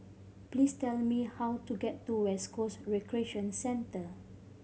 please tell me how to get to West Coast Recreation Centre